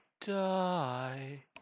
die